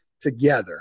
together